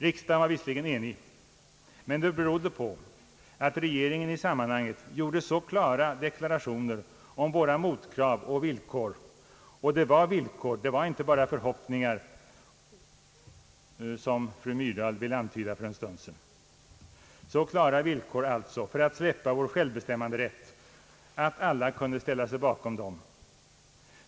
Riksdagen var visserligen enig, men det berodde på att regeringen i sammanhanget gjorde så klara deklarationer om våra motkrav och villkor för att släppa vår självbestämmanderätt — det var villkor och inte bara lösa förhoppningar, vilket fru Myrdal ville antyda för en stund sedan att alla kunde ställa sig bakom dem.